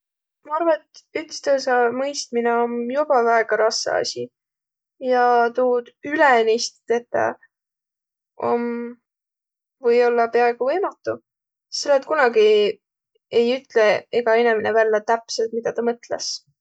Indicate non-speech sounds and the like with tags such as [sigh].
Ma arva, et ütstõõsõ mõistminõ om joba väega rassõ asi ja tuud ülenisti tetäq om või-ollaq piaaigo võimatu, selle et kunagi [hesitation] ei ütle egä inemine vällä täpselt, midä tä mõtlõs.